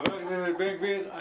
חבר הכנסת בן גביר,